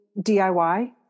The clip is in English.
DIY